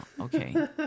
okay